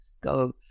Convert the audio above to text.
go